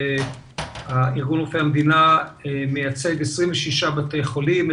ארגון רופאי המדינה מייצג 26 בתי חולים,